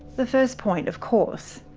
the first point, of course,